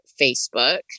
Facebook